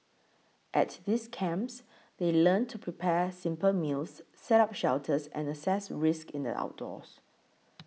at these camps they learn to prepare simple meals set up shelters and assess risks in the outdoors